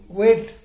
wait